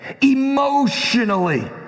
emotionally